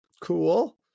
Cool